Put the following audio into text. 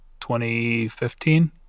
2015